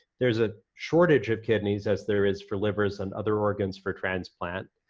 there's a shortage of kidneys as there is for livers and other organs for transplant.